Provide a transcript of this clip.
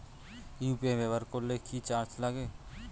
UPI ব্যবহার করলে কি চার্জ লাগে?